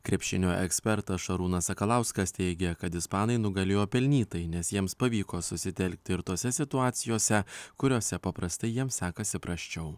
krepšinio ekspertas šarūnas sakalauskas teigia kad ispanai nugalėjo pelnytai nes jiems pavyko susitelkti ir tose situacijose kuriose paprastai jiems sekasi prasčiau